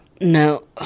no